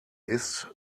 ist